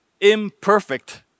imperfect